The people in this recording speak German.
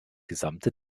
gesamte